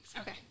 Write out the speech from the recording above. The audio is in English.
okay